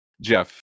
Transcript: Jeff